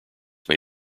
may